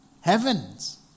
Heavens